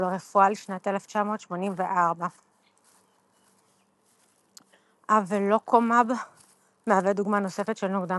לרפואה לשנת 1984. אוולוקומב מהווה דוגמה נוספת של נוגדן